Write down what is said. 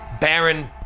Baron